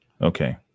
Okay